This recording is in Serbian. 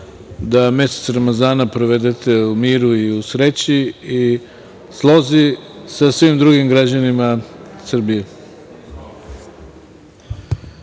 da mesec Ramazana provedete u miru i u sreći i slozi sa svim drugim građanima Srbije.